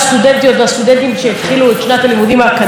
שהתחילו את שנת הלימודים האקדמית שלהם השנה.